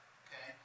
okay